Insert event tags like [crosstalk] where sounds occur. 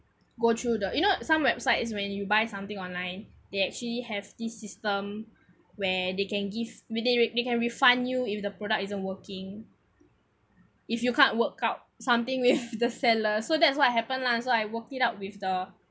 go through the you know some website is when you buy something online they actually have tho system where they can give where they re~ they can refund you if the product isn't working if you can't work out something [laughs] with the seller so that's what happen lah so I worked it out with the